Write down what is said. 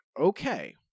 okay